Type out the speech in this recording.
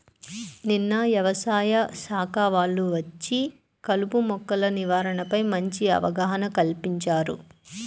నిన్న యవసాయ శాఖ వాళ్ళు వచ్చి కలుపు మొక్కల నివారణపై మంచి అవగాహన కల్పించారు